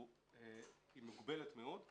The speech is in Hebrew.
היא מוגבלת מאוד.